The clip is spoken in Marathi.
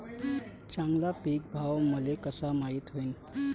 चांगला पीक भाव मले कसा माइत होईन?